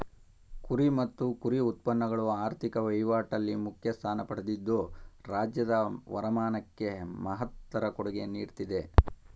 ಕುರಿ ಮತ್ತು ಕುರಿ ಉತ್ಪನ್ನಗಳು ಆರ್ಥಿಕ ವಹಿವಾಟಲ್ಲಿ ಮುಖ್ಯ ಸ್ಥಾನ ಪಡೆದಿದ್ದು ರಾಜ್ಯದ ವರಮಾನಕ್ಕೆ ಮಹತ್ತರ ಕೊಡುಗೆ ನೀಡ್ತಿದೆ